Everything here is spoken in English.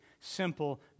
simple